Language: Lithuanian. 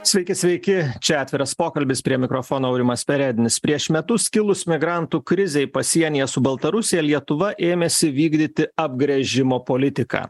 sveiki sveiki čia atviras pokalbis prie mikrofono aurimas perednis prieš metus kilus migrantų krizei pasienyje su baltarusija lietuva ėmėsi vykdyti apgręžimo politiką